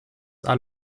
are